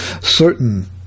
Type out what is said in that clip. certain